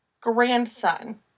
grandson